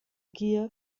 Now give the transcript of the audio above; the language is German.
gier